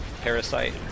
parasite